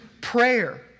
Prayer